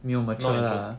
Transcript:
not interested